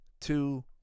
two